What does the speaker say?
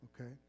okay